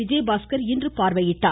விஜயபாஸ்கர் இன்று பார்வையிட்டார்